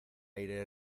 aire